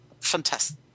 fantastic